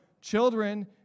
children